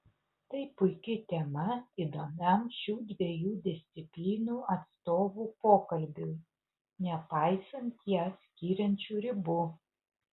tai puiki tema įdomiam šių dviejų disciplinų atstovų pokalbiui nepaisant jas skiriančių ribų